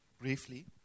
briefly